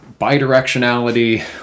bidirectionality